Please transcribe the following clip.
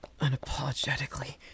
unapologetically